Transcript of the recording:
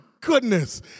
goodness